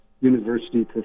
university